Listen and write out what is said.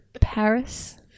Paris